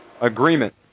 agreement